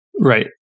Right